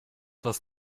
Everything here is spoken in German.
was